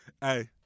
Hey